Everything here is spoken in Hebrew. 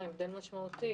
הבדל משמעותי.